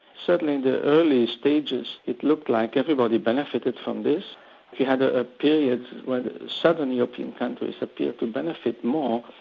certainly the early stages it looked like everybody benefited from this. you had a period when southern european countries appeared to benefit more,